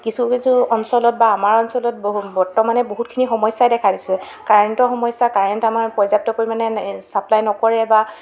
কিছু কিছু অঞ্চলত বা আমাৰ অঞ্চলত ব বৰ্তমানে বহুতখিনি সমস্যাই দেখা দিছে কাৰেণ্টৰ সমস্যা কাৰেণ্ট আমাৰ পৰ্যাপ্ত পৰিমাণে ছাপ্লাই নকৰে বা